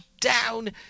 down